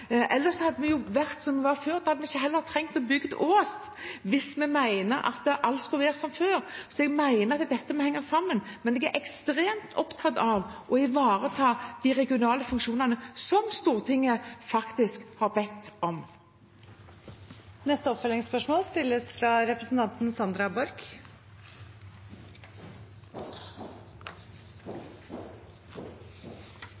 hadde det vært som før. Vi hadde heller ikke trengt å bygge på Ås hvis vi mente at alt skulle være som før. Jeg mener at dette må henge sammen. Men jeg er ekstremt opptatt av å ivareta de regionale funksjonene som Stortinget faktisk har bedt om. Sandra Borch – til oppfølgingsspørsmål.